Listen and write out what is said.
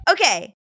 Okay